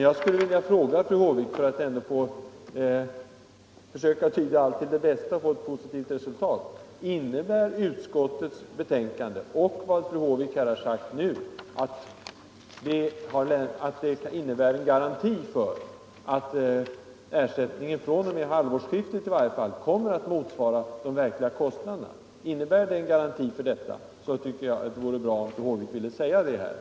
Jag skulle vilja fråga fru Håvik, för att försöka tyda allt till det bästa och få ett positivt resultat: Innebär utskottets betänkande och vad fru Håvik här har sagt en garanti för att ersättningen fr.o.m. halvårsskiftet i varje fall kommer att motsvara de verkliga kostnaderna? Innebär utskottets förslag en garanti för detta vore det bra om fru Håvik ville klart uttala detta till protokollet.